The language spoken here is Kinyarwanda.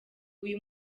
uyu